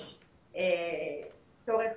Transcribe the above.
יש צורך